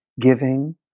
giving